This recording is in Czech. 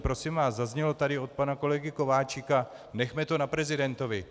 Prosím vás, zaznělo tady od pana kolegy Kováčika nechme to na prezidentovi.